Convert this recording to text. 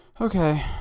Okay